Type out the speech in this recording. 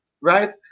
right